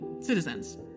citizens